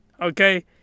okay